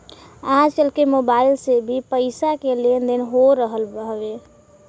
आजकल मोबाइल से भी पईसा के लेन देन हो रहल हवे